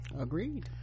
Agreed